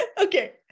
Okay